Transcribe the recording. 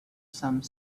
some